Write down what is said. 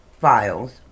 Files